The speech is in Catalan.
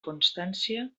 constància